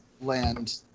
land